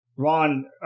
Ron